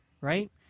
right